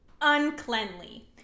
uncleanly